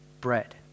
bread